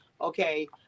okay